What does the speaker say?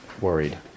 worried